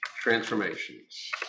transformations